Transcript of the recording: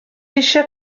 eisiau